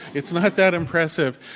it's not that impressive.